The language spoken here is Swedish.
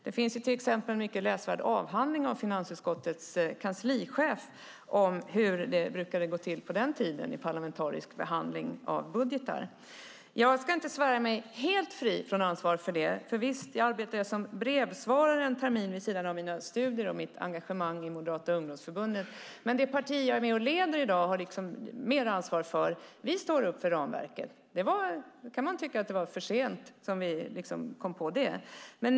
Det finns en mycket läsvärd avhandling av finansutskottets kanslichef om hur det brukade gå till i parlamentarisk behandling av budgetar på den tiden. Jag ska inte svära mig helt fri från ansvar. Jag arbetade som brevsvarare en termin vid sidan av mina studier och mitt engagemang i Moderata ungdomsförbundet. Det parti som jag är med och leder i dag och har mer ansvar för står upp för ramverket. Man kan tycka att vi kom på det för sent.